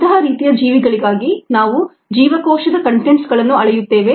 ಅಂತಹ ರೀತಿಯ ಜೀವಿಗಳಿಗಾಗಿ ನಾವು ಜೀವಕೋಶದ ಕಂಟೆಂಟ್ಸಗಳನ್ನು ಅಳೆಯುತ್ತೇವೆ